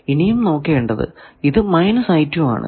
ഇനിയും നോക്കേണ്ടത് ഇത് ആണ്